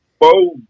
Bo